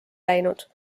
läinud